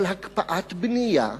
אבל הקפאת בנייה תהיה,